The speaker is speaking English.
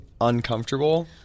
uncomfortable